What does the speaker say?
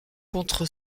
contre